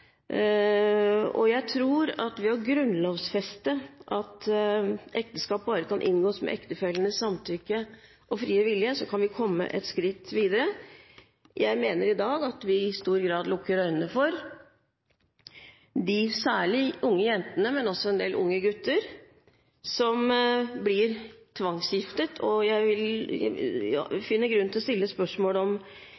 tvangsekteskap. Jeg tror at ved å grunnlovfeste at ekteskap bare kan inngås «med Ægtefællernes Samtykke og frie Vilje» kan vi komme et skritt videre. Jeg mener at vi i dag i stor grad lukker øynene for særlig de unge jentene, men også en del unge gutter, som blir tvangsgiftet, og jeg